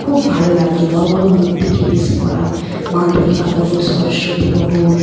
খুব ভালো লাগত বড়ো বড়ো মূর্তিকে বেশ করা মা দুর্গা বলো সরস্বতী বলো